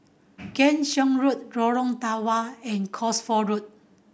Keong Saik Road Lorong Tawa and Cosford Road